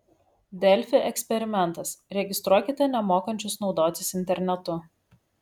delfi eksperimentas registruokite nemokančius naudotis internetu